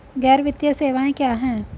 गैर वित्तीय सेवाएं क्या हैं?